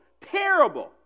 terrible